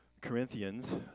Corinthians